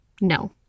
no